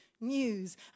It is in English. news